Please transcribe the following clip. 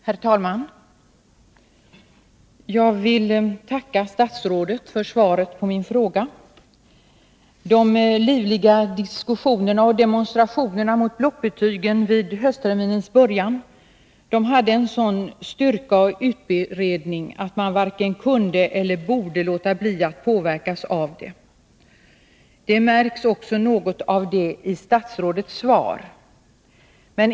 Herr talman! Jag vill tacka statsrådet för svaret på min fråga. De livliga diskussionerna och demonstrationerna mot blockbetygen vid höstterminens början hade en sådan styrka och utbredning att man varken kunde eller borde låta bli att påverkas av dem. Något av detta märks också i statsrådets svar.